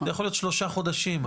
יכול להיות שלושה חודשים.